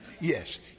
Yes